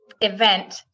event